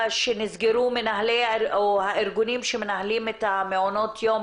שנסגרו מנהלי או הארגונים שמנהלים את מעונות יום,